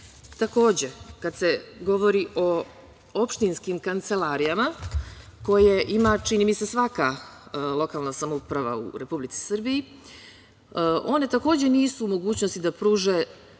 pomoć. Takođe, kad se govori o opštinskim kancelarijama koje ima čini mi se svaka lokalna samouprava u Republici Srbiji, one takođe nisu u mogućnosti da pruže